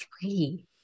three